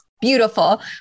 beautiful